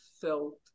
felt